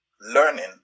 learning